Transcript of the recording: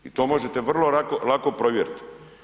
I to možete vrlo lako provjeriti.